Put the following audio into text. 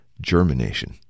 germination